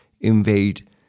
invade